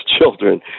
children